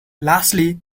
lastly